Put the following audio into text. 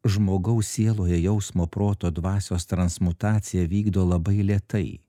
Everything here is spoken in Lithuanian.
žmogaus sieloje jausmo proto dvasios transmutaciją vykdo labai lėtai